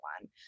one